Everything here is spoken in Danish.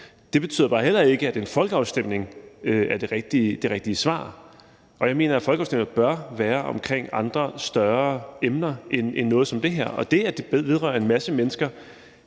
Det betyder bare heller ikke, at en folkeafstemning er det rigtige svar, og jeg mener, at folkeafstemninger bør være omkring andre større emner end noget som det her. Og det argument, at det vedrører en masse mennesker,